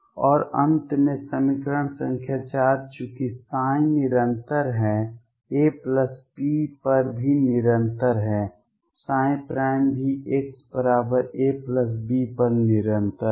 और अंत में समीकरण संख्या 4 चूंकि निरंतर है ab पर भी निरंतर है ψ भी x ab पर निरंतर है